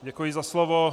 Děkuji za slovo.